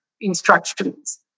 instructions